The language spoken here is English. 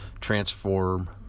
transform